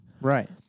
Right